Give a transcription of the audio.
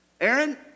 Aaron